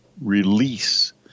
release